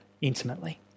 intimately